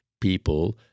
people